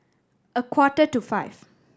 a quarter to five